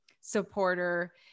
supporter